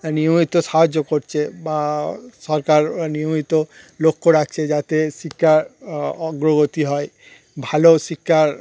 নিয়মিত সাহায্য করছে বা সরকার নিয়মিত লক্ষ্য রাখছে যাতে শিক্ষার অগ্রগতি হয় ভালো শিক্ষা